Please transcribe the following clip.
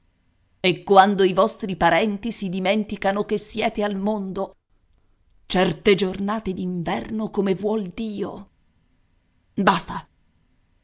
e quando i vostri parenti si dimenticano che siete al mondo certe giornate d'inverno come vuol dio basta